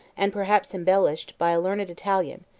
and perhaps embellished, by a learned italian,